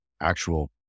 actual